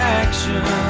action